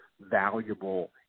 valuable